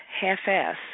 half-ass